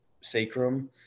sacrum